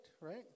right